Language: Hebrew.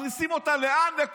מכניסים אותה לאן?